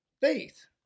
Faith